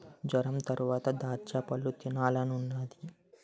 జొరంతరవాత దాచ్చపళ్ళు తినాలనున్నాది